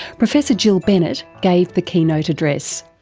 professor jill bennett gave the keynote address.